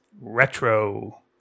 Retro